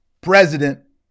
president